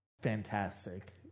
fantastic